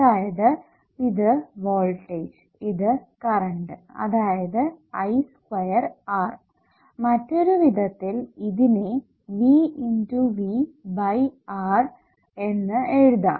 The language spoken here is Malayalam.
അതായത് ഇത് വോൾടേജ് ഇത് കറണ്ട് അതായത് I2R മറ്റൊരു വിധത്തിൽ ഇതിനെ V × V ബൈ R എന്ന് എഴുതാം